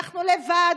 אנחנו לבד.